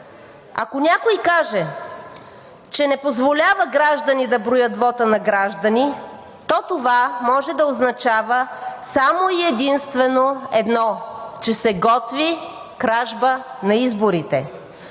Ако някой каже, че не позволява граждани да броят вота на граждани, то това може да означава само и единствено едно – че се готви кражба на изборите.